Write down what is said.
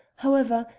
however,